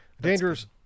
Dangerous